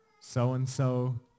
so-and-so